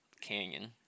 canyon